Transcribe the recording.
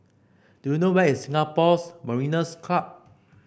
do you know where is Singapore Mariners' Club